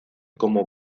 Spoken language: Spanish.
como